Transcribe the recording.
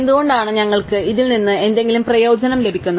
എന്തുകൊണ്ടാണ് ഞങ്ങൾക്ക് ഇതിൽ നിന്ന് എന്തെങ്കിലും പ്രയോജനം ലഭിക്കുന്നത്